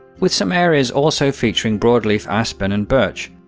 with some areas also featuring broadleaf aspen and birch.